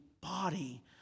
body